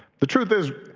the truth is,